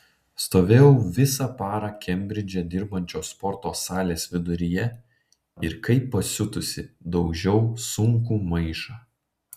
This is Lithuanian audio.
stovėjau visą parą kembridže dirbančios sporto salės viduryje ir kaip pasiutusi daužiau sunkų maišą